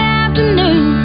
afternoon